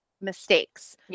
mistakes